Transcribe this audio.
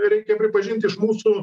reikia pripažint iš mūsų